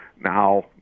now